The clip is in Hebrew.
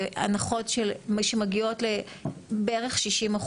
בהנחות שמגיעות בערך ל-60%.